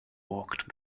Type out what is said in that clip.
walked